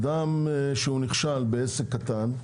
אדם שנכשל בעסק קטן,